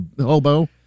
hobo